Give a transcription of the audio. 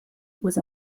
was